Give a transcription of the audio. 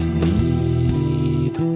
need